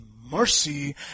mercy